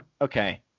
okay